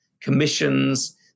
commissions